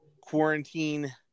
quarantine